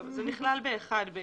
זה בעצם נכלל ב-(1).